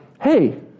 Hey